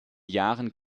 jahren